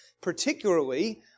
particularly